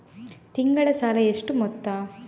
ತಿಂಗಳಿಗೆ ಸಾಲ ಎಷ್ಟು ಮೊತ್ತ?